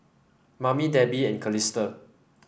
Mamie Debi and Calista